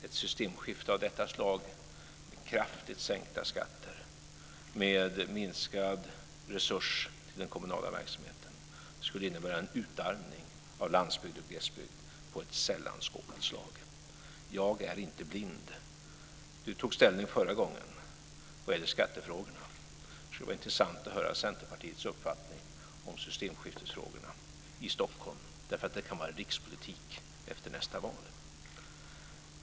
Ett systemskifte av detta slag med kraftigt sänkta skatter och minskade resurser till den kommunala verksamheten skulle innebära en utarmning av landsbygd och glesbygd av ett sällan skådat slag. Jag är inte blind. Lennart Daléus tog ställning förra gången vad gäller skattefrågorna. Det skulle vara intressant att höra Centerpartiets uppfattning som systemskiftesfrågorna i Stockholm, eftersom det kan vara rikspolitik efter nästa val.